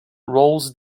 rolls